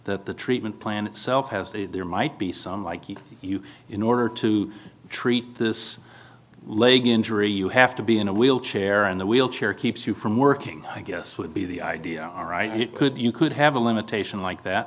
that the treatment plan itself has a there might be some like you in order to treat this leg injury you have to be in a wheelchair and the wheelchair keeps you from working i guess would be the idea all right and it could you could have a limitation like that